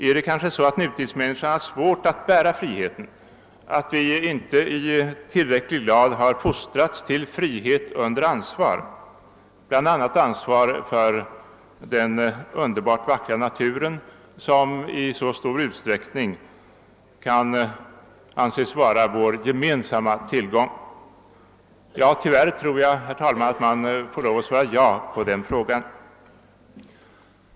är det kanske så, att nutidsmänniskan har svårt att bära friheten, att vi inte i tillräcklig grad har fostrats till frihet under ansvar, bl.a. ansvar för den underbart vackra natur som i så stor utsträckning kan anses vara vår gemensamma tillgång? Tyvärr tror jag, herr talman, att man måste svara ja på den frågan.